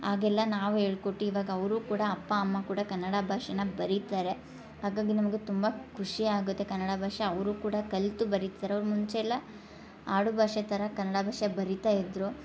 ಹಾಗೆಲ್ಲ ನಾವು ಹೇಳ್ಕೊಟ್ಟು ಇವಾಗ ಅವರೂ ಕೂಡ ಅಪ್ಪ ಅಮ್ಮ ಕೂಡ ಕನ್ನಡ ಭಾಷೆನ ಬರೀತಾರೆ ಹಾಗಾಗಿ ನಮ್ಗೆ ತುಂಬ ಖುಷಿ ಆಗುತ್ತೆ ಕನ್ನಡ ಭಾಷೆ ಅವರೂ ಕೂಡ ಕಲಿತು ಬರೀತಾರೆ ಅವ್ರು ಮುಂಚೆ ಎಲ್ಲ ಆಡು ಭಾಷೆ ಥರ ಕನ್ನಡ ಭಾಷೆ ಬರೀತಾ ಇದ್ದರು